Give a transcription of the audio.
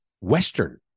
Western